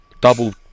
Double